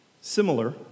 similar